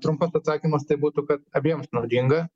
trumpas atsakymas tai būtų kad abiems naudinga